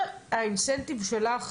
מה האינסנטיב שלך?